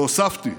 והוספתי: